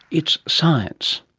it's science.